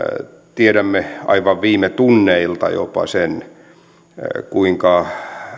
tiedämme aivan viime tunneilta jopa sen kuinka